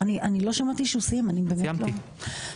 סעיף (ב1)(1)